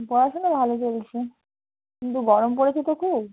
পড়াশোনা ভালো চলছে কিন্তু গরম পড়েছে তো খুব